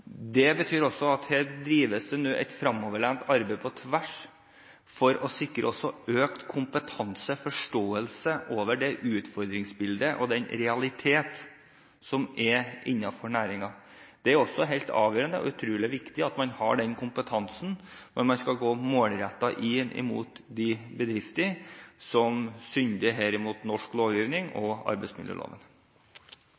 Det betyr at her foregår det nå et fremoverlent arbeid på tvers, for å sikre økt kompetanse og forståelse for det utfordringsbildet og den realitet som er innenfor næringen. Det er helt avgjørende og utrolig viktig at man har den kompetansen når man målrettet skal gå inn i de bedriftene som synder mot norsk lovgivning,